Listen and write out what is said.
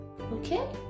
okay